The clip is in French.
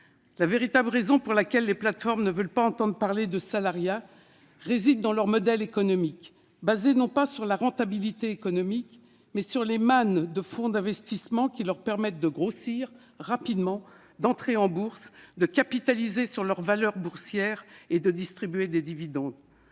La véritable raison pour laquelle les plateformes ne veulent pas entendre parler de salariat réside dans leur modèle économique, dont les fondements reposent non pas sur la rentabilité économique, mais sur les mannes de fonds d'investissement qui leur permettent de croître rapidement, d'entrer en bourse, de capitaliser sur leur valeur boursière et de distribuer des dividendes.